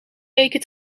weken